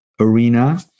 arena